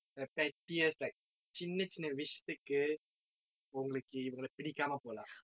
உங்களுக்கு இவனை பிடிக்காமல் போகலாம்:ungalukku ivanai pidikkaamal pogalaam